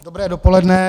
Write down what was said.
Dobré dopoledne.